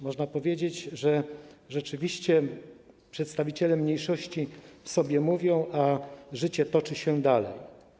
Można powiedzieć, że rzeczywiście przedstawiciele mniejszości mówią sobie, a życie toczy się dalej.